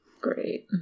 Great